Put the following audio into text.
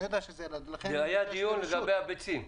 זה היה דיון לגבי הביצים.